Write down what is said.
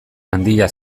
handia